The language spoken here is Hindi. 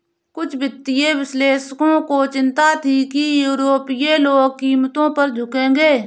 कुछ वित्तीय विश्लेषकों को चिंता थी कि यूरोपीय लोग कीमतों पर झुकेंगे